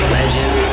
Legend